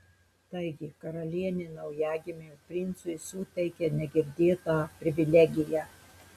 taigi karalienė naujagimiui princui suteikė negirdėtą privilegiją